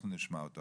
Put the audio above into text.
אנחנו נשמע אותה.